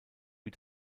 wie